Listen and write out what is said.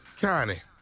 Connie